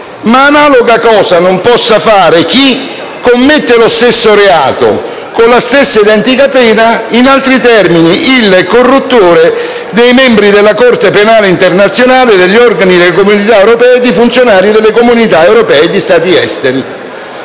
analoga cosa non possa fare chi commette lo stesso reato, per cui è prevista la stessa identica pena: in altri termini il corruttore dei membri della Corte penale internazionale, degli organi delle comunità europee e di funzionari delle comunità europee e di Stati esteri.